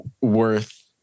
worth